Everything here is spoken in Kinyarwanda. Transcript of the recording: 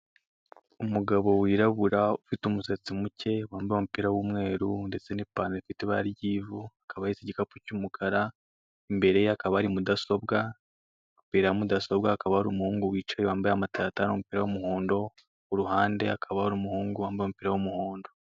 Umugabo wirabura ufite umusatsi muke, wambaye umupira w'umweru ndetse n'ipantaro ifite ibara ry'ivu, akaba ahetse igikapu cy'umukara, imbere ye hakaba hari mudasobwa, imbere ya mudasobwa hakaba hari umuhungu wicaye wambaye amataratara n'umupira w'umuhondo, kuruhande hakaba hari umuhungu wambaye umupira w'umuhondo.